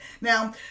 now